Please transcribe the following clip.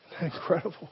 Incredible